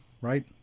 right